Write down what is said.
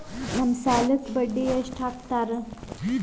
ನಮ್ ಸಾಲಕ್ ಬಡ್ಡಿ ಎಷ್ಟು ಹಾಕ್ತಾರ?